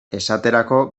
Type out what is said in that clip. esaterako